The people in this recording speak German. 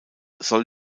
soll